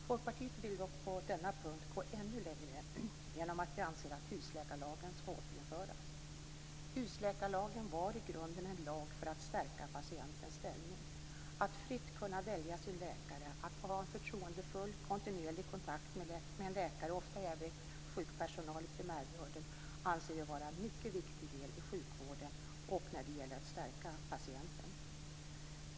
Folkpartiet vill dock på denna punkt gå ännu längre i och med att vi vill att husläkarlagen skall återinföras. Husläkarlagen var i grunden en lag för att stärka patientens ställning. Att fritt kunna välja sin läkare, att få ha en förtroendefull och kontinuerlig kontakt med läkare och ofta även övrig personal i primärvården, anser vi vara en mycket viktig del i sjukvården och när det gäller att stärka patienten.